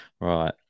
Right